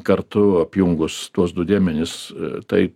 kartu apjungus tuos du dėmenis tai